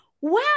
wow